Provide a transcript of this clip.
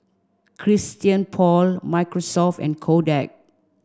Christian Paul Microsoft and Kodak